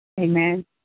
Amen